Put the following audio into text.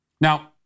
Now